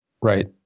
Right